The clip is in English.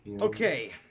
Okay